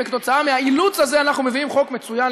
וכתוצאה מהאילוץ הזה אנחנו מביאים חוק מצוין,